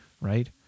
right